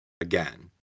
again